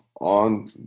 on